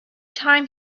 time